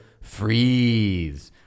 FREEZE